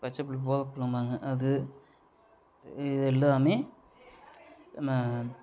பச்சை புல் கோரை புல்லும்பாங்க அது இது எல்லாமே நான்